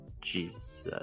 Jesus